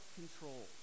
control